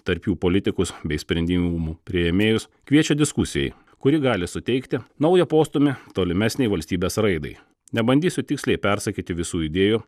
tarp jų politikus bei sprendimų priėmėjus kviečia diskusijai kuri gali suteikti naują postūmį tolimesnei valstybės raidai nebandysiu tiksliai persakyti visų idėjų